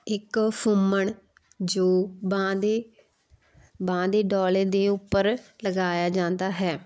ਇੱਕ ਫੁੰਮਣ ਜੋ ਬਾਂਹ ਦੇ ਬਾਂਹ ਦੇ ਡੌਲੇ ਦੇ ਉੱਪਰ ਲਗਾਇਆ ਜਾਂਦਾ ਹੈ